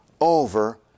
over